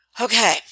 Okay